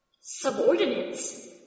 Subordinates